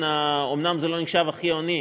אומנם זה לא נחשב הכי עני,